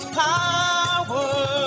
power